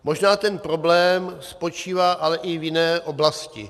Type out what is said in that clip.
Možná ten problém spočívá ale i v jiné oblasti.